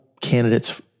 candidates